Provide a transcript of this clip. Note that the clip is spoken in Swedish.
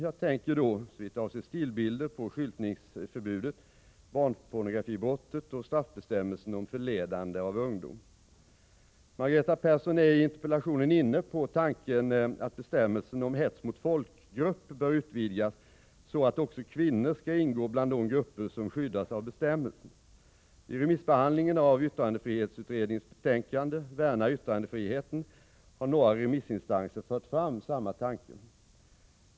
Jag tänker då — såvitt avser stillbilder — på skyltningsförbudet, barnpornografibrottet och straffbestämmelsen om förledande av ungdom. Margareta Persson är i interpellationen inne på tanken att bestämmelsen om hets mot folkgrupp bör utvidgas så att också kvinnor skall ingå bland de grupper som skyddas av bestämmelsen. Vid remissbehandlingen av yttrandefrihetsutredningens betänkande Värna yttrandefriheten har några remissinstanser fört fram samma tanke.